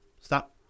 Stop